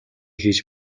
хийж